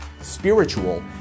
spiritual